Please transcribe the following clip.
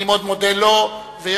אני מודה לו מאוד.